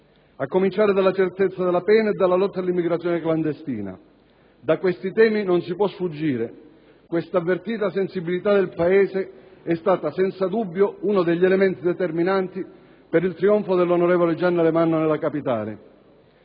a cominciare dalla certezza della pena e dalla lotta all'immigrazione clandestina. Da questi temi non si può sfuggire: quest'avvertita sensibilità del Paese è stata senza dubbio uno degli elementi determinanti per il trionfo dell'onorevole Gianni Alemanno nella capitale.